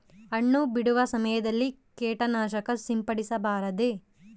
ಹಣ್ಣು ಬಿಡುವ ಸಮಯದಲ್ಲಿ ಕೇಟನಾಶಕ ಸಿಂಪಡಿಸಬಾರದೆ?